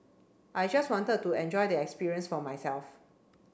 I just wanted to enjoy the experience for myself